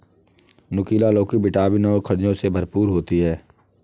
नुकीला लौकी विटामिन और खनिजों से भरपूर होती है